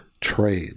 trade